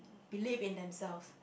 believe in themselves